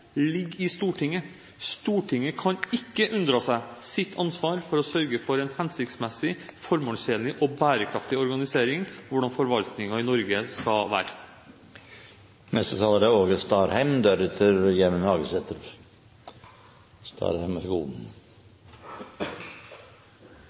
ligger til syvende og sist i Stortinget. Stortinget kan ikke unndra seg sitt ansvar for å sørge for en hensiktmessig, formålstjenlig og bærekraftig organisering av hvordan forvaltningen i Norge skal være.